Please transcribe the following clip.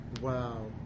Wow